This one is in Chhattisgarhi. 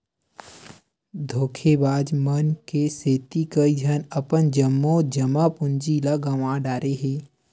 धोखेबाज मन के सेती कइझन अपन जम्मो जमा पूंजी ल गंवा डारे हे